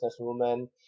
businesswoman